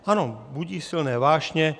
Ano, budí silné vášně.